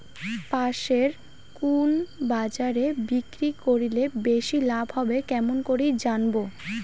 পাশের কুন বাজারে বিক্রি করিলে বেশি লাভ হবে কেমন করি জানবো?